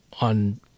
on